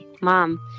Mom